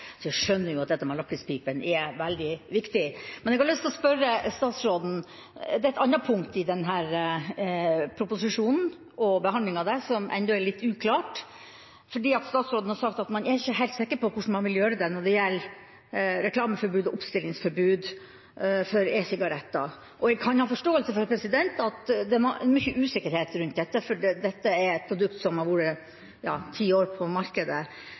så jeg skjønner at dette med lakrispipene er veldig viktig. Men jeg har lyst til å spørre statsråden om et annet punkt i denne proposisjonen og behandlingen av den, som ennå er litt uklart. Statsråden har sagt at man er ikke helt sikker på hvordan man vil gjøre det når det gjelder reklameforbud og oppstillingsforbud for e-sigaretter. Jeg kan ha forståelse for at det er mye usikkerhet rundt dette, for dette er et produkt som har vært på markedet i ti år.